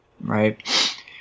right